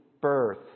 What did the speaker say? Birth